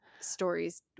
stories